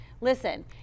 listen